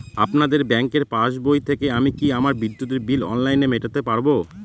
আপনাদের ব্যঙ্কের পাসবই থেকে আমি কি আমার বিদ্যুতের বিল অনলাইনে মেটাতে পারবো?